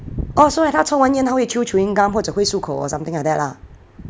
orh 所以他抽完烟他会 chew chewing gum 或者会漱口 or something like that lah